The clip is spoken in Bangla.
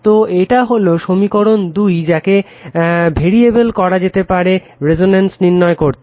তো এটা হলো সমীকরণ 2 যাকে ভ্যারিয়েবেল করা যেতে পারে রেজোন্যান্সে নির্ণয় করতে